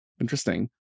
Interesting